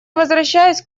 возвращаюсь